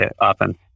often